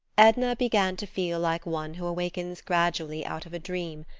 edna began to feel like one who awakens gradually out of a dream,